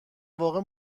واقع